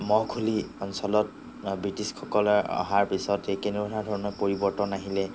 মহখুলি অঞ্চলত ব্ৰিটিছসকলৰ অহাৰ পিছত সেই কেনেকুৱা ধৰণৰ পৰিৱৰ্তন আহিলে